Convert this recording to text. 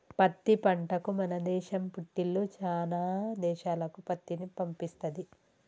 పత్తి పంటకు మన దేశం పుట్టిల్లు శానా దేశాలకు పత్తిని పంపిస్తది